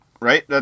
right